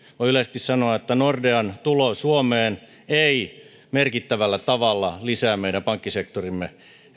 voi yleisesti sanoa että nordean tulo suomeen ei merkittävällä tavalla lisää meidän pankkisektorimme